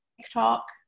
tiktok